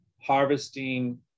harvesting